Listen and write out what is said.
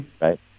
Right